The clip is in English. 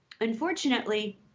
unfortunately